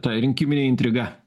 ta rinkiminė intriga